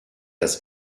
das